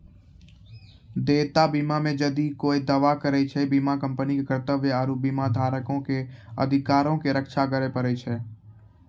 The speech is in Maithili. देयता बीमा मे जदि कोय दावा करै छै, बीमा कंपनी के कर्तव्य आरु बीमाधारको के अधिकारो के रक्षा करै पड़ै छै